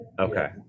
Okay